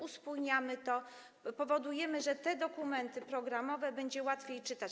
Uspójniamy to, powodujemy, że te dokumenty programowe będzie łatwiej czytać.